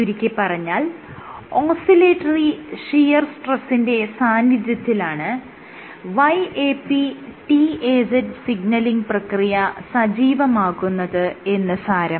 ചുരുക്കിപ്പറഞ്ഞാൽ oscillatory shear സ്ട്രെസ്സിന്റെ സാന്നിധ്യത്തിലാണ് YAPTAZ സിഗ്നലിങ് പ്രക്രിയ സജീവമാകുന്നത് എന്ന് സാരം